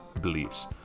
beliefs